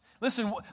listen